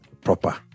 proper